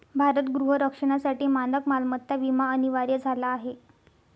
भारत गृह रक्षणासाठी मानक मालमत्ता विमा अनिवार्य झाला आहे